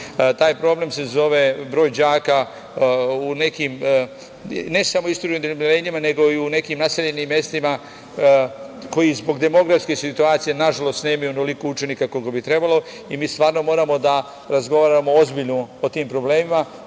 Taj problem se zove broj đaka u nekim, ne samo isturenim odeljenjima, nego i u nekim naseljenim mestima koja zbog demografske situacije, nažalost, nemaju onoliko učenika koliko bi trebalo. Mi stvarno moramo da razgovaramo ozbiljno o tim problemima. Ovo